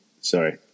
sorry